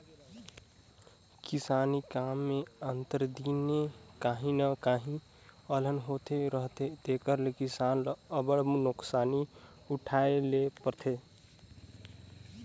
किसानी काम में आंतर दिने काहीं न काहीं अलहन होते रहथे तेकर ले किसान ल अब्बड़ नोसकानी उठाए ले परथे